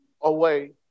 away